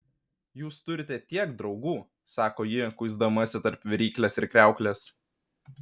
jūs turite tiek draugų sako ji kuisdamasi tarp viryklės ir kriauklės